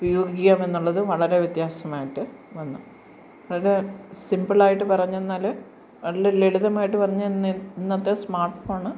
ഉപയോഗിക്കാമെന്നുള്ളതു വളരെ വ്യത്യാസമായിട്ടു വന്നു അതു സിമ്പിളായിട്ടു പറഞ്ഞെന്നാൽ വളരെ ലളിതമായിട്ടു പറഞ്ഞെന്നാൽ ഇന്നത്തെ സ്മാർട്ട് ഫോൺ